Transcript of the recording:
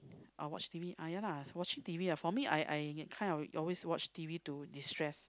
or watch T_V ah ya lah watching T_V for me I I kind of always watch T_V to destress